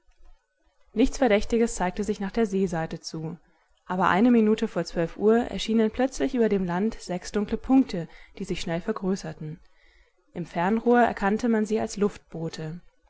nichts verdächtiges zeigte sich nach der seeseite zu aber eine minute vor zwölf uhr erschienen plötzlich über dem land sechs dunkle punkte die sich schnell vergrößerten im fernrohr erkannte man sie als